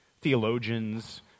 theologians